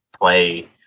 play